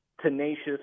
tenacious